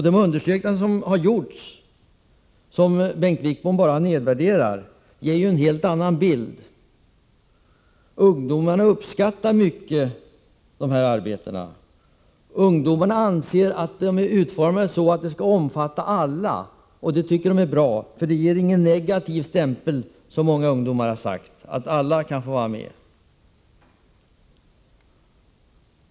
De undersökningar som gjorts, men som Bengt Wittbom nedvärderar, ger en helt annan bild. Ungdomarna uppskattar de här arbetena mycket. Ungdomarna anser att det är bra att de är utformade så, att de skall omfatta alla. Det ger ingen negativ stämpel när alla kan få vara med, som många ungdomar sagt.